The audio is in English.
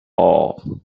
all